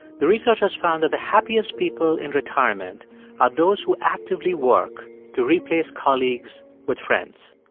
the researchers found that the happiest people in retirement are those who actively work to replace colleagues with friends.